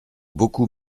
beaucoup